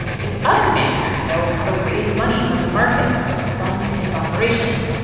do other managers know how to raise money from the markets to fund its operations?